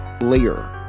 layer